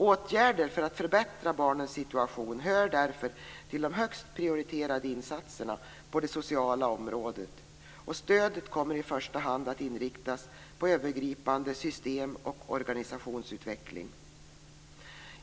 Åtgärder för att förbättra barnens situation hör därför till de högst prioriterade insatserna på det sociala området, och stödet kommer i första hand att inriktas på övergripande system och organisationsutveckling.